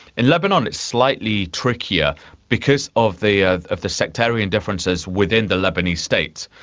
in lebanon it's slightly trickier because of the ah of the sectarian differences within the lebanese state.